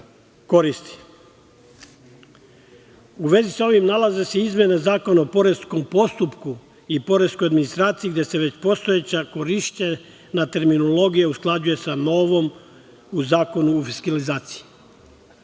koristi.U vezi sa ovim nalaze se i izmene Zakona o poreskom postupku i poreskoj administraciji, gde se već postojeća korišćena terminologija usklađuje sa novom u Zakonu o fiskalizaciji. Pored